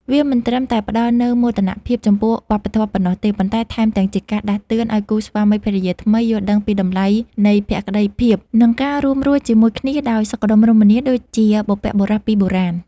វាមិនត្រឹមតែផ្តល់នូវមោទនភាពចំពោះវប្បធម៌ប៉ុណ្ណោះទេ ប៉ុន្តែថែមទាំងជាការដាស់តឿនឱ្យគូស្វាមីភរិយាថ្មីយល់ដឹងពីតម្លៃនៃភក្តីភាព និងការរួមរស់ជាមួយគ្នាដោយសុខដុមរមនាដូចជាបុព្វបុរសពីបុរាណ។